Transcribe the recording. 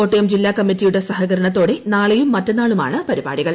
കോട്ടയം ജില്ലാ കമ്മിറ്റിയുടെ സഹകരണത്തോടെ നാളെയും മറ്റെന്നാളുമാണ് പരിപാടികൾ